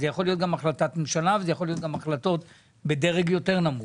זה יכול להיות גם החלטת ממשלה וזה יכול להיות גם החלטות בדרג יותר נמוך.